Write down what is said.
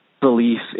belief